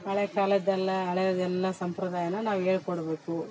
ಹಳೆ ಕಾಲದ್ದೆಲ್ಲಾ ಹಳೇದು ಎಲ್ಲ ಸಂಪ್ರದಾಯನ ನಾವು ಹೇಳ್ಕೊಡ್ಬೇಕು